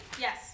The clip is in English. Yes